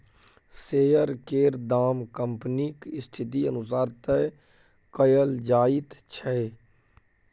share केर दाम कंपनीक स्थिति अनुसार तय कएल जाइत छै